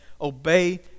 obey